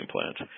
plants